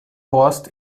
horst